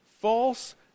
false